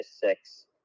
six